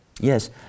Yes